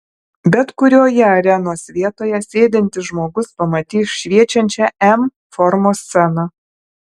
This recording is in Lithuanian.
bet kurioje arenos vietoje sėdintis žmogus pamatys šviečiančią m formos sceną